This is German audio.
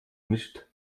nicht